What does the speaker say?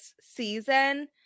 season